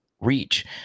reach